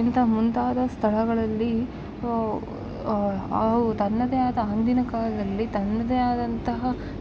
ಇಂತ ಮುಂತಾದ ಸ್ಥಳಗಳಲ್ಲಿ ಅವ ತನ್ನದೆ ಆದ ಅಂದಿನ ಕಾಲದಲ್ಲಿ ತನ್ನದೆ ಆದಂತಹ